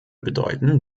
bedeuten